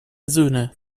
söhne